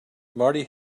marty